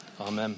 Amen